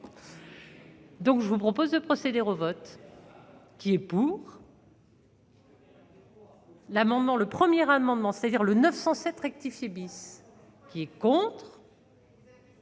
Donc, je vous propose de procéder revote qui est pour. L'amendement le premier amendement, c'est-à-dire le 907 rectifié bis. Qui est contres.